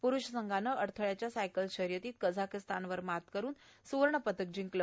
पुरूष संघानं अडथळ्याच्या सायकल शर्यतीत कझाकीस्तान वर मात करत सुवर्ण पदक जिंकलं